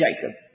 Jacob